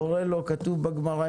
כתוב בגמרא,